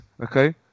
okay